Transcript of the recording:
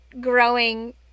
growing